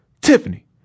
Tiffany